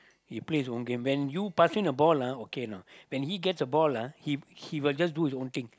he plays own game when you passing the ball lah okay no when he gets the ball lah he he will just do his own thing